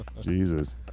jesus